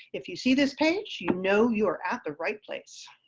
if you see this page, you know you are at the right place.